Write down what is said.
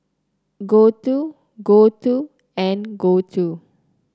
Gouthu Gouthu and Gouthu